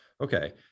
Okay